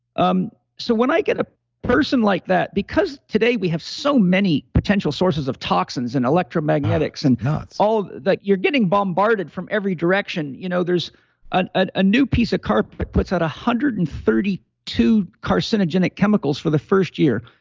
um so when i get a person like that, because today we have so many potential sources of toxins and electromagnetics and all that. you're getting bombarded from every direction. you know there's a ah a new piece of carpet puts out one hundred and thirty two carcinogenic chemicals for the first year,